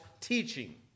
teaching